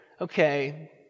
okay